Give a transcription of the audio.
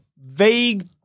vague